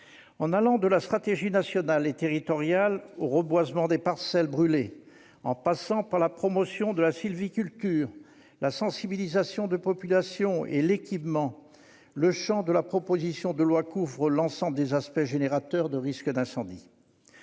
En allant de la stratégie nationale et territoriale au reboisement des parcelles brûlées, en passant par la promotion de la sylviculture, la sensibilisation des populations et l'équipement, le champ de la proposition de loi couvre l'ensemble des aspects générateurs du risque incendie.